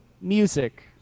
music